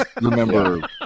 remember